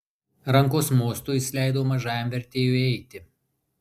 rankos mostu jis leido mažajam vertėjui eiti